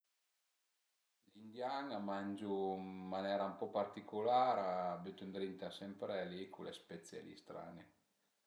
Gli indian a mangiu ën manera ën po particulara, a bütu ëndrinta sempre li cule spezie li strane